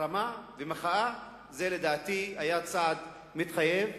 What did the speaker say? ההחרמה והמחאה היו, לדעתי, צעד מתחייב,